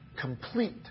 complete